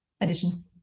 addition